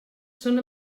són